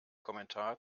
kommentar